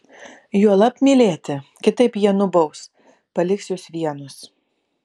juolab mylėti kitaip jie nubaus paliks jus vienus